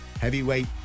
heavyweight